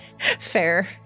Fair